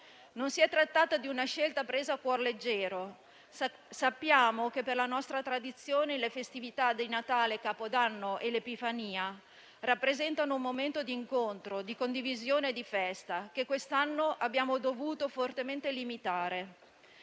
Non si è trattata di una scelta presa a cuor leggero. Sappiamo che, per la nostra tradizione, le festività di Natale, Capodanno e l'epifania rappresentano un momento di incontro, di condivisione e di festa che quest'anno abbiamo dovuto fortemente limitare.